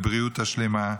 בבריאות שלמה,